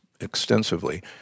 extensively